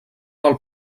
del